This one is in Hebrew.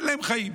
אין להם חיים.